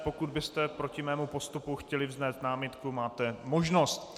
Pokud byste proti mému postupu chtěli vznést námitku, máte možnost.